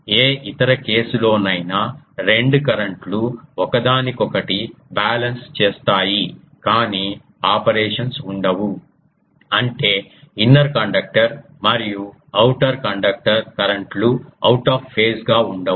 ఏ ఇతర కేసు లోనైనా రెండు కరెంట్ లు ఒకదానికొకటి బాలెన్స్ చేస్తాయి కాని ఆపరేషన్స్ ఉండవు అంటే ఇన్నర్ కండక్టర్ మరియు ఓటర్ కండక్టర్ కరెంట్ లు అవుట్ ఆఫ్ పేజ్ గా ఉండవు